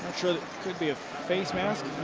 to be a face mask.